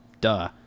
Duh